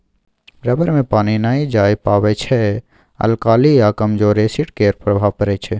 rubber मे पानि नहि जाए पाबै छै अल्काली आ कमजोर एसिड केर प्रभाव परै छै